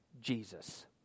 Jesus